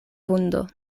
vundo